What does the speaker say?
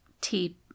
tea